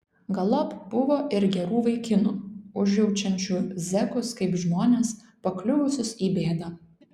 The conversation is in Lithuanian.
galop buvo ir gerų vaikinų užjaučiančių zekus kaip žmones pakliuvusius į bėdą